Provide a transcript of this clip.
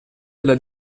della